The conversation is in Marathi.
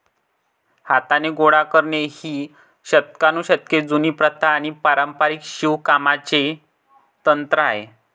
हाताने गोळा करणे ही शतकानुशतके जुनी प्रथा आणि पारंपारिक शिवणकामाचे तंत्र आहे